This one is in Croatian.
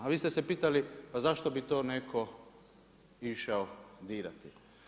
A vi ste se pitali pa zašto bi to netko išao dirati?